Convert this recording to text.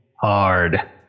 Hard